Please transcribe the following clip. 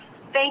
Thank